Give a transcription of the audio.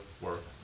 work